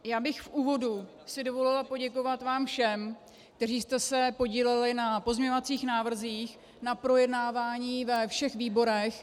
Já bych v úvodu si dovolila poděkovat vám všem, kteří jste se podíleli na pozměňovacích návrzích, na projednávání ve všech výborech.